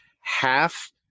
half